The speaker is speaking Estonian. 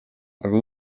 aga